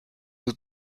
due